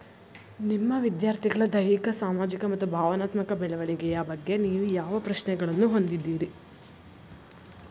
ನಿಮ್ಮ ವಿದ್ಯಾರ್ಥಿಗಳ ದೈಹಿಕ ಸಾಮಾಜಿಕ ಮತ್ತು ಭಾವನಾತ್ಮಕ ಬೆಳವಣಿಗೆಯ ಬಗ್ಗೆ ನೀವು ಯಾವ ಪ್ರಶ್ನೆಗಳನ್ನು ಹೊಂದಿದ್ದೀರಿ?